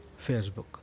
Facebook